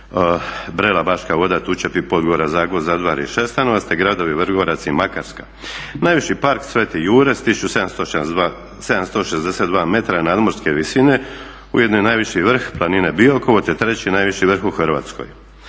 Brela, Baška Voda, Tučepi, Podgora, Zagvozd, Zadvarje, Šestanovac, te gradovi Vrgorac i Makarska. Najviši park Sveti Jure s 1762 m nadmorske visine, ujedno je i najviši vrh planine Biokovo te treći najveći vrh u Hrvatskoj.